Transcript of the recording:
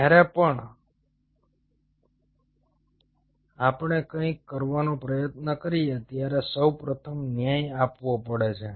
જ્યારે પણ આપણે કંઇક કરવાનો પ્રયત્ન કરીએ ત્યારે સૌ પ્રથમ ન્યાય આપવો પડે છે